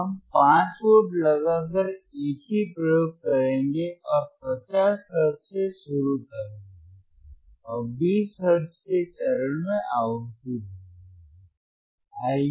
हम 5 वोल्ट लगाकर एक ही प्रयोग करेंगे और 50 हर्ट्ज से शुरू करेंगे और 20 हर्ट्ज के चरण में आवृत्ति बढ़ाएंगे